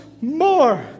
more